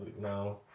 no